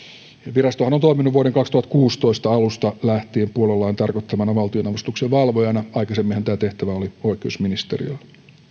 virastohan on toiminut vuoden kaksituhattakuusitoista alusta lähtien puoluelain tarkoittamana valtionavustuksen valvojana aikaisemminhan tämä tehtävä oli oikeusministeriöllä